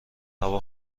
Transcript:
هوا